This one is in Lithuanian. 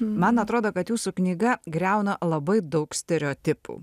man atrodo kad jūsų knyga griauna labai daug stereotipų